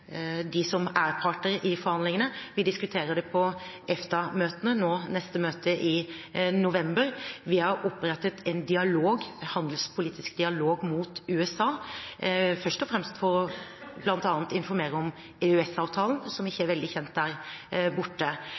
som er part i forhandlingene, vi diskuterer det på EFTA-møtene – neste møte er nå i november – og vi har opprettet en handelspolitisk dialog med USA, først og fremst for bl.a. å informere om EØS-avtalen, som ikke er veldig kjent der borte.